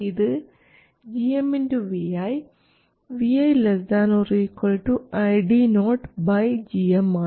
ഇത് gm vi vi ≤ ID0 gm ആണ്